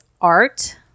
art